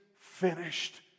finished